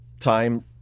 time